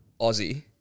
Aussie